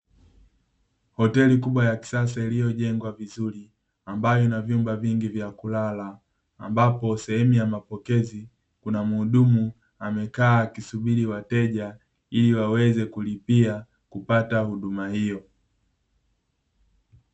Hoteli kubwa ya kisasa iliyojengwa vizuri, ambayo ina vyumba vingi vya kulala ambapo sehemu ya mapokezi kuna mhudumu amekaa akisubiri wateja, ili waweze kulipia kupata huduma hiyo.